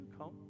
come